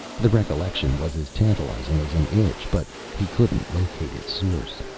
the recollection was as tantalizing as an itch but he couldn't locate its source.